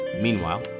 Meanwhile